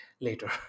later